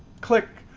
click.